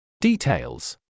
Details